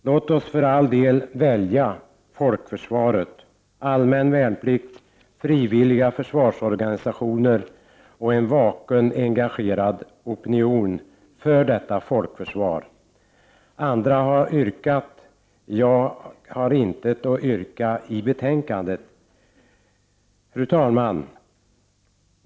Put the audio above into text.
Låt oss för all del välja folkförsvaret — allmän värnplikt, frivilliga försvarsorganisationer och en vaken engagerad opinion för detta folkförsvar. Andra har yrkat, och jag har intet att yrka på i betänkandet. Fru talman!